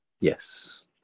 Yes